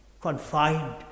confined